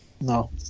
No